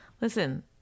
Listen